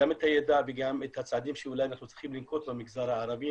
גם את הידע וגם את הצעדים שאולי אנחנו צריכים לנקוט במגזר הערבי.